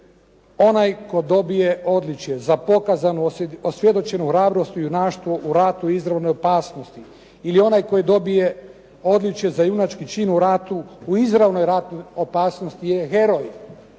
Onaj tko dobije odličje za pokazano, a svjedoči hrabrosti, junaštvu, u ratu izravnoj opasnosti. Ili onaj tko dobije odličje za junački čin u ratu u izravnoj ratnoj opasnosti je heroj.